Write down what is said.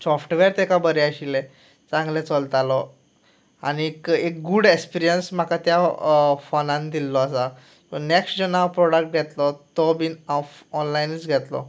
software तेका बरें आशिल्लें चांगलें चलतालो आनीक एक गूड एक्सपिर्यन्स म्हाका त्या फोनान दिल्लो आसा नेक्स्ट जेन्ना हांव प्रोडाक्ट घेतलो तो बीन हांव ऑनलायनूच घेतलो